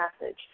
message